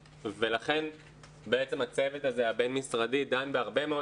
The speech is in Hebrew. ולכן הצוות הבין-משרדי הזה דן בהרבה מאוד